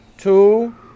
Two